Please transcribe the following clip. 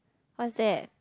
what's that